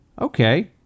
Okay